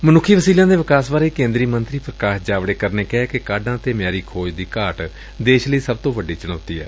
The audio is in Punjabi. ਮਨੁੱਖੀ ਵਸੀਲਿਆਂ ਦੇ ਵਿਕਾਸ ਬਾਰੇ ਕੇਂਦਰੀ ਮੰਤਰੀ ਪ੍ਕਾਸ਼ ਜਾਵੜੇਕਰ ਨੇ ਕਿਹੈ ਕਿ ਕਾਢਾਂ ਅਤੇ ਮਿਆਰੀ ਖੋਜ ਦੀ ਘਾਟ ਦੇਸ਼ ਲਈ ਸਭ ਤੋਂ ਵੱਡੀ ਚੁਣੌਤੀ ਏ